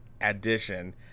addition